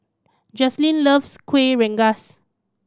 Jazlyn loves Kueh Rengas